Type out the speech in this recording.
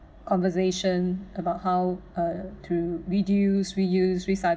conversation about how uh to reduce reuse recy~